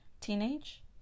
Teenage